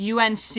UNC